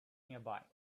nearby